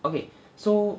okay so